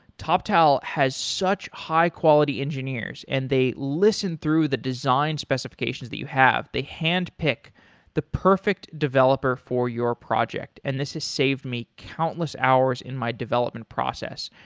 toptal has such high quality engineers and they listen through the design specifications that you have. they handpick the perfect developer for your project, and this has saved me countless hours in my development process.